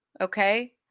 okay